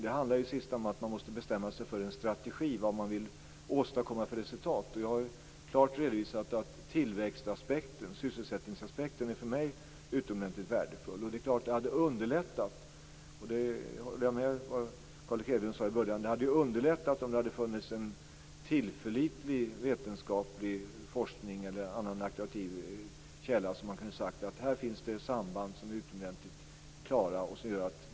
Det handlar i sista hand om att man måste bestämma sig för strategi om vad man vill åstadkomma för resultat. Jag har klart redovisat att tillväxtaspekten och sysselsättningsaspekten är för mig utomordentligt värdefulla. Det är klart att det hade underlättat - där håller jag med vad Carl Erik Hedlund sade i början - om det hade funnits en tillförlitlig redovisning vetenskaplig forskning eller något auktoritativ källa. Det hade gjort att man kunnat säga att det här finns samband som är utomordentligt klara.